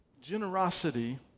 generosity